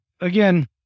again